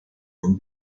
von